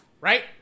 right